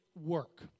work